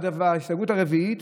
ההסתייגות הרביעית: